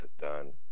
done